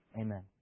Amen